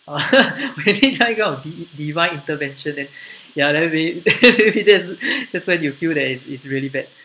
now we go div~ divine intervention then ya then we that's that's when you feel that it's is really bad